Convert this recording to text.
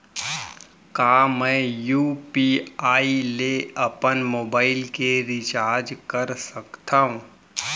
का मैं यू.पी.आई ले अपन मोबाइल के रिचार्ज कर सकथव?